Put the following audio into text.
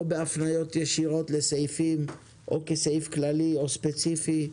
או בהפניות ישירות לסעיפים או כסעיף כללי או ספציפי.